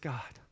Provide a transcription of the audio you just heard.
God